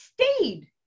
stayed